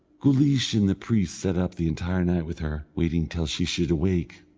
guleesh and the priest sat up the entire night with her, waiting till she should awake,